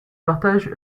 partage